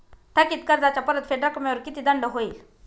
थकीत कर्जाच्या परतफेड रकमेवर किती दंड होईल?